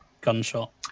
gunshot